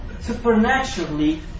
supernaturally